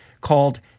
called